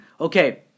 Okay